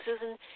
Susan